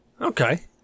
Okay